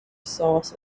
source